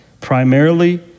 Primarily